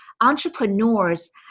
entrepreneurs